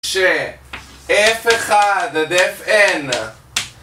ש-אף אחד עד אף אן